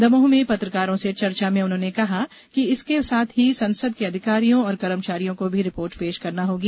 दमोह में पत्रकारों से चर्चा में उन्होंने कहा कि इसके साथ ही संसद के अधिकारियों और कर्मचारियों को भी रिपोर्ट पेश करना होगी